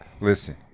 listen